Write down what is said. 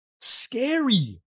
scary